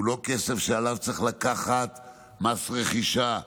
הוא לא כסף שעליו צריך לקחת מס רכישה,